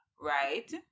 right